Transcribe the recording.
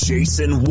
Jason